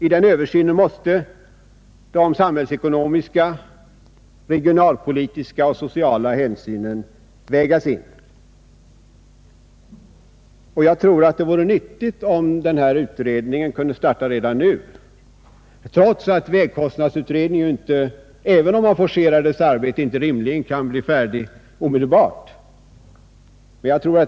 I den översynen måste de samhällsekonomiska, regionalpolitiska och sociala hänsynen vägas in. Jag tror att det vore nyttigt, om den utredningen kunde starta redan nu, trots att vägkostnadsutredningen, även om den forcerar sitt arbete, inte rimligen kan bli färdig omedelbart.